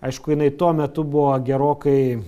aišku jinai tuo metu buvo gerokai